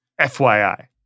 FYI